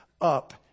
up